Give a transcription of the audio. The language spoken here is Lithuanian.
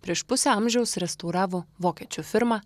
prieš pusę amžiaus restauravo vokiečių firma